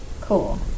Cool